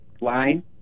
Line